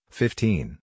fifteen